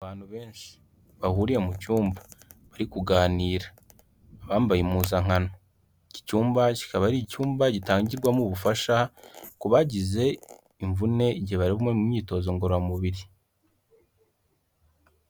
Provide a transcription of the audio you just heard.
Abantu benshi bahuriye mu cyumba bari kuganira, abambaye impuzankano, iki cyumba kikaba ari icyumba gitangirwamo ubufasha ku bagize imvune igihe barimo bari mu imyitozo ngororamubiri.